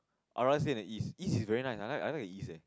I rather stay in the east east is very nice I like I like east leh